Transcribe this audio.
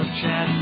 chat